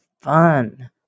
Fun